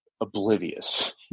oblivious